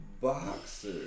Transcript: boxer